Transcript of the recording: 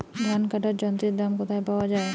ধান কাটার যন্ত্রের দাম কোথায় পাওয়া যায়?